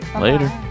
Later